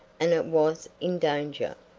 and it was in danger.